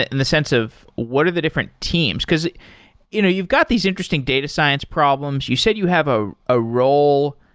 ah in the sense of what are the different teams? because you know you've got these interesting data science problems. you said you have a ah role,